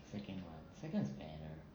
second one is better